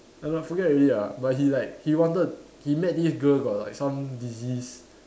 ya lor forget already lah but he like he wanted he met this girl got like some disease